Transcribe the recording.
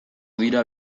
dira